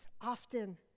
often